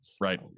right